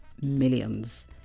millions